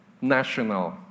national